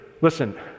Listen